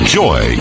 joy